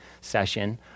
session